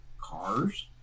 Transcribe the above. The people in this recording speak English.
cars